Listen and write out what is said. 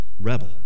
rebel